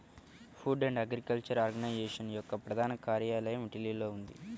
food and Agriculture Organization యొక్క ప్రధాన కార్యాలయం ఇటలీలో ఉంది